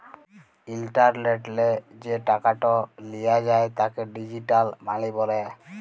ইলটারলেটলে যে টাকাট লিয়া যায় তাকে ডিজিটাল মালি ব্যলে